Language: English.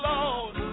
Lord